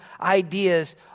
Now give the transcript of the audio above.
ideas